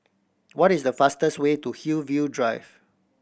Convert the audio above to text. what is the fastest way to Hillview Drive